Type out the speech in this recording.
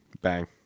Bang